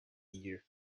year